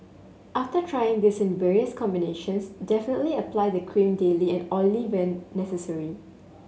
after trying this in various combinations definitely apply the cream daily and oil only when necessary